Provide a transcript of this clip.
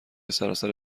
سراسر